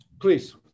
please